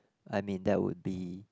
I mean that would be